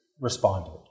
responded